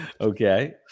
Okay